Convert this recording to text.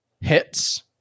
hits